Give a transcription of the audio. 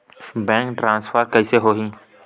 Bank transfer कइसे होही?